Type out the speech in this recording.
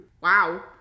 Wow